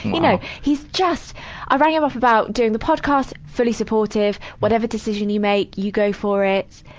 you know, he's just i rang him up about doing the podcast fully supportive, whatever decision you make, you go for it.